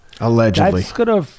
Allegedly